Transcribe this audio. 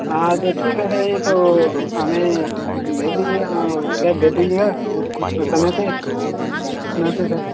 हाँ ठीक है फ़िर तो हमें भेज दीजिएगा कैब भेज दीजिएगा समय से नमस्ते सर